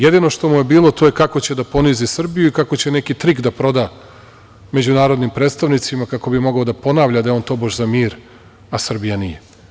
Jedino što mu je bilo to je kako će da ponizi Srbiju i kako će neki trik da proda međunarodnim predstavnicima, kako bi mogao da ponavlja da je on tobože za mir, a Srbija nije.